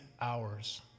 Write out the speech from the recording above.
hours